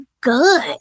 good